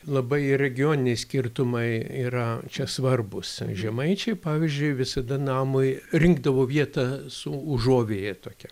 labai regioniniai skirtumai yra čia svarbūs žemaičiai pavyzdžiui visada namui rinkdavo vietą su užuovėja tokia